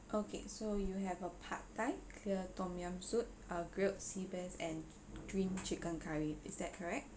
okay so you have a pad thai clear tom yum soup uh grilled seabass and green chicken curry is that correct